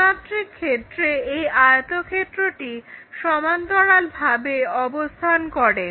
ত্রিমাত্রিক ক্ষেত্রে এই আয়তক্ষেত্রটি সমান্তরালভাবে অবস্থান করে